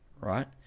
right